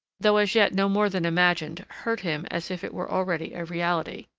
though as yet no more than imagined, hurt him as if it were already a reality.